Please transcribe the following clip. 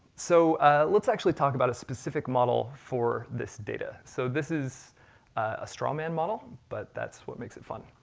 so let's actually talk about a specific model for this data. so this is a strong man model, but that's what makes it fun.